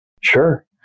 Sure